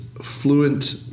Fluent